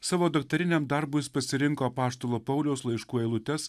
savo daktariniam darbui jis pasirinko apaštalo pauliaus laiškų eilutes